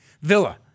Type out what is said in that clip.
Villa